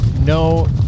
no